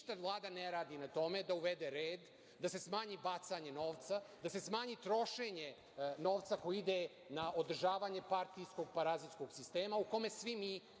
Vlada ne radi na tome da uvede red, da se smanji bacanje novca, da se smanji trošenje novca koji ide na održavanje partijskog parazitskog sistema u kome svi mi